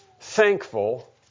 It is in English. thankful